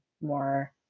more